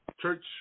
Church